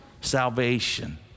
salvation